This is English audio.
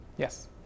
Yes